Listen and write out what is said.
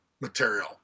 material